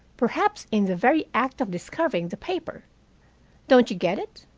perhaps in the very act of discovering the paper don't you get it?